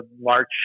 March